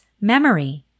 memory